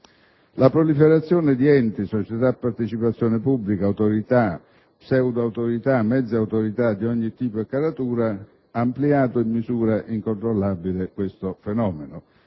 La proliferazione di enti, società a partecipazione pubblica, autorità, pseudo-autorità, mezze autorità di ogni tipo e caratura, ha ampliato in misura incontrollabile questo fenomeno,